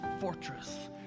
fortress